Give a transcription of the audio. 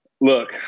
Look